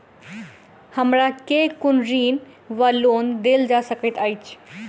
हमरा केँ कुन ऋण वा लोन देल जा सकैत अछि?